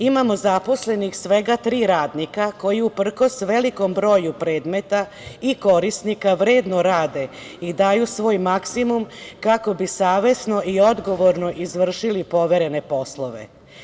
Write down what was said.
Imamo zaposlenih svega tri radnika koji uprkos velikom broju predmeta i korisnika, vredno rade i daju svoj maksimu kako bi savesno i odgovorno izvršili poverene poslove.